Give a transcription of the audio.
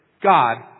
God